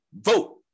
vote